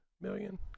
Million